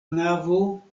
navo